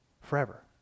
forever